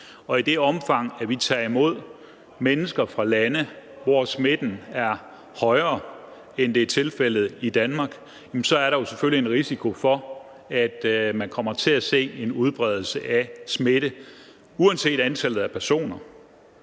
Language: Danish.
i det omfang, at vi tager imod mennesker fra lande, hvor smitten er højere, end det er tilfældet i Danmark, så er der jo selvfølgelig en risiko for, at man kommer til at se en udbredelse af smitte, uanset antallet af personer.